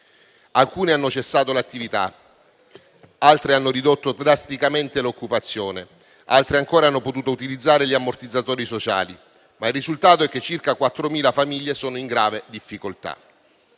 Alcune hanno cessato l'attività, altre hanno ridotto drasticamente l'occupazione, altre ancora hanno potuto utilizzare gli ammortizzatori sociali. Ma il risultato è che circa 4.000 famiglie sono in grave difficoltà.